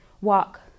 Walk